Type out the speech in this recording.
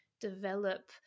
develop